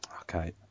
Okay